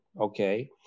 Okay